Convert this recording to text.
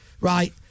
Right